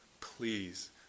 Please